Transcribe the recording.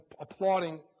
applauding